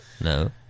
No